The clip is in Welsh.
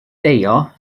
deio